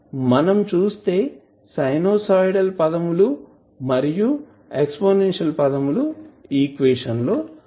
మనం చుస్తే సైనుసోయిడల్ పదములు మరియు ఎక్స్పోనెన్షియల్ పదాలు వున్నాయి